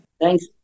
Thanks